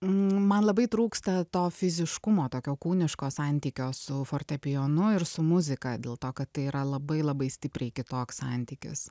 man labai trūksta to fiziškumo tokio kūniško santykio su fortepijonu ir su muzika dėl to kad tai yra labai labai stipriai kitoks santykis